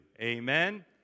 Amen